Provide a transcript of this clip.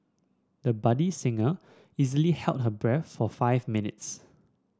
the budding singer easily held her breath for five minutes